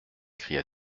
cria